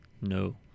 No